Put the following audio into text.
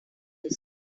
this